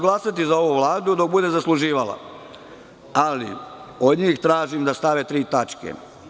Glasaću za ovu Vladu dok god bude zasluživala, ali od njih tražim da stave tri tačke.